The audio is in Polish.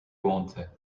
łące